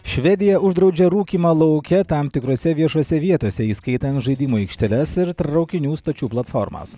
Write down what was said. švedija uždraudžia rūkymą lauke tam tikrose viešose vietose įskaitant žaidimų aikšteles ir traukinių stočių platformas